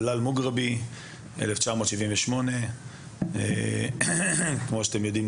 דלאל אל-מוגרבי 1978. כמו שאתם יודעים,